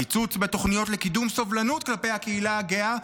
קיצוץ בתוכניות לקידום סובלנות כלפי הקהילה הגאה,